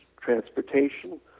transportation